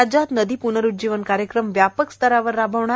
राज्यात नदी प्नरूज्जीवन कार्यक्रम व्यापक स्तरावर राबवणार